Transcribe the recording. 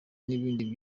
n’ibindi